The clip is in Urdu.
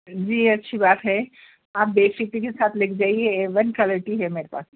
جی اچھی بات ہے آپ بے فِکری کے ساتھ لے کے جائیے اے ون کوالٹی ہے میرے پاس